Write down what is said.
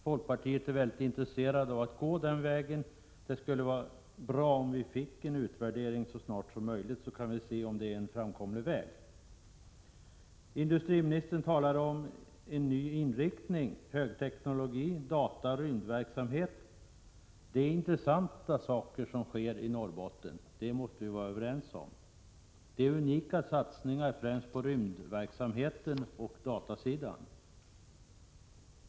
Folkpartiet är väldigt intresserat av att gå vidare, och det skulle därför vara bra om vi kunde få en utvärdering så snart som möjligt, så att vi kan se om detta är en framkomlig väg. Industriministern talar om en ny inriktning på högteknologi, data och rymdverksamhet. Det är intressanta saker som sker i Norrbotten — det måste vi vara överens om. Det är unika satsningar som görs, främst på rymdverksamheten och på datasidan.